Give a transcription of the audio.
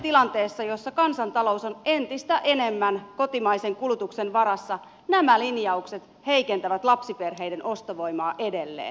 suhdannetilanteessa jossa kansanta lous on entistä enemmän kotimaisen kulutuksen varassa nämä linjaukset heikentävät lapsiperheiden ostovoimaa edelleen